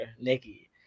Nikki